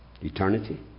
Eternity